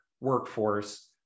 workforce